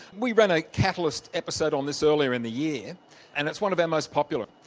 we ran a catalyst episode on this earlier in the year and it's one of our most popular,